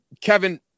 Kevin